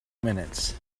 minutes